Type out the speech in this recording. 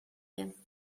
them